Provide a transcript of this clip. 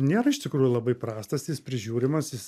nėra iš tikrųjų labai prastas jis prižiūrimas jis